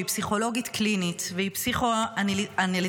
שהיא פסיכולוגית קלינית והיא פסיכואנליטיקאית